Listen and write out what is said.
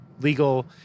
legal